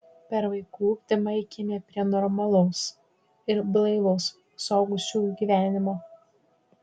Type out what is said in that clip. per vaikų ugdymą eikime prie normalaus ir blaivaus suaugusiųjų gyvenimo